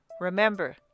Remember